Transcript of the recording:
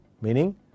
Meaning